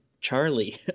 Charlie